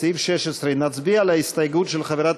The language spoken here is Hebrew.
סעיף 16. נצביע על ההסתייגות של חברת